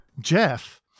Jeff